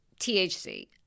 thc